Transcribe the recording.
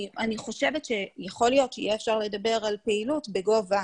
אני חושבת שיכול להיות שאפשר יהיה לדבר על פעילות בגובה